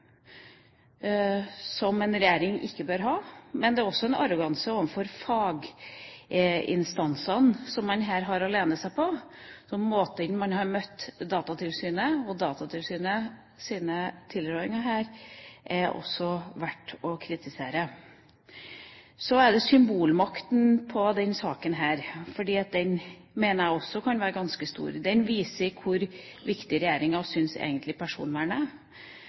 som en regjering ikke bør ha, og det er også en arroganse overfor faginstansene som en her har å lene seg på. Måten en har møtt Datatilsynets tilrådinger på her, er også verdt å kritisere. Så til symbolmakten i denne saken. Jeg mener den kan være ganske stor, for dette viser egentlig hvor viktig regjeringa syns personvernet er.